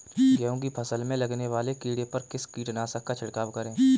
गेहूँ की फसल में लगने वाले कीड़े पर किस कीटनाशक का छिड़काव करें?